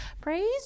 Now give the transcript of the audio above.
Praise